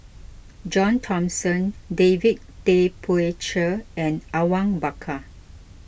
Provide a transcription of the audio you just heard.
John Thomson David Tay Poey Cher and Awang Bakar